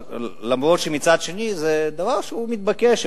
למרות שמצד שני זה דבר שהוא מתבקש,